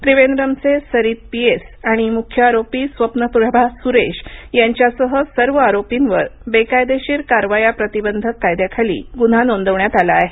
त्रिवेंद्रमचे Sarith P S आणि मुख्य आरोपी स्वप्न प्रभा सुरशे यांच्यासर सर्व आरोपींवर बेकायदेशीर कारवाया प्रतिबंधक कायद्याखाली गुन्हा नोंदविण्यात आला आहे